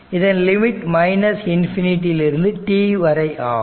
இதன் limit infinity ல் இருந்து t வரை ஆகும்